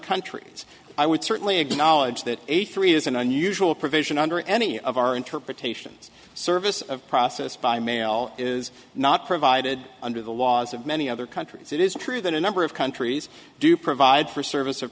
countries i would certainly acknowledge that eighty three is an unusual provision under any of our interpretations service of process by mail is not provided under the laws of many other countries it is true that a number of countries do provide for service of